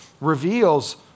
reveals